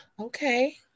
Okay